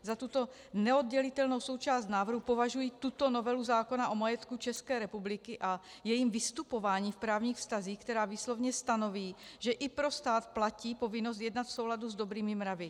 Za tuto neoddělitelnou součást návrhu považuji tuto novelu zákona o majetku České republiky a jejím vystupování v právních vztazích, která výslovně stanoví, že i pro stát platí povinnost jednat v souladu s dobrými mravy.